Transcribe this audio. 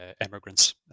emigrants